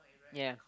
yea